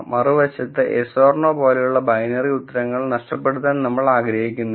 മറുവശത്ത് yes or no പോലെയുള്ള binary ഉത്തരങ്ങൾ നഷ്ടപ്പെടുത്താൻ നമ്മൾ ആഗ്രഹിക്കുന്നില്ല